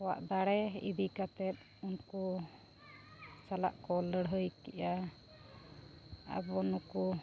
ᱟᱠᱚᱣᱟᱜ ᱫᱟᱲᱮ ᱤᱫᱤ ᱠᱟᱛᱮᱫ ᱩᱱᱠᱩ ᱠᱚ ᱥᱟᱞᱟᱜ ᱠᱚ ᱞᱟᱹᱲᱦᱟᱹᱭ ᱠᱮᱜᱼᱟ ᱟᱵᱚ ᱱᱩᱠᱩ